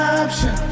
option